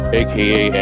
aka